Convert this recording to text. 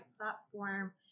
platform